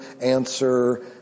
answer